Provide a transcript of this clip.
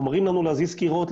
אומרים לנו להזיז קירות,